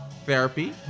Therapy